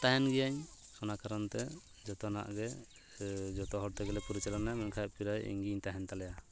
ᱛᱟᱦᱮᱱ ᱜᱤᱭᱟᱹᱧ ᱚᱱᱟ ᱠᱟᱨᱚᱱᱛᱮ ᱡᱚᱛᱚᱱᱟᱜ ᱜᱮ ᱡᱚᱛᱚ ᱦᱚᱲ ᱛᱮᱜᱮᱞᱮ ᱯᱚᱨᱤᱪᱟᱞᱚᱱᱟᱭᱟ ᱢᱮᱱᱠᱷᱟᱱ ᱯᱨᱟᱭ ᱤᱧᱜᱤᱧ ᱛᱟᱦᱮᱱ ᱛᱟᱞᱮᱭᱟ